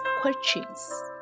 questions